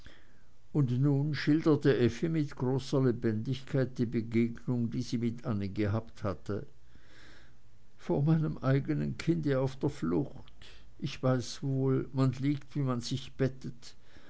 und nun schilderte effi mit großer lebendigkeit die begegnung die sie mit annie gehabt hatte vor meinem eigenen kinde auf der flucht ich weiß wohl man liegt wie man sich bettet